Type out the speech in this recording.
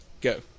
Go